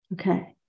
okay